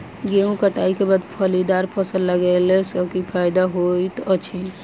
गेंहूँ कटाई केँ बाद फलीदार फसल लगेला सँ की फायदा हएत अछि?